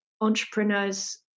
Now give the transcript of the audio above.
entrepreneurs